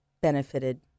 benefited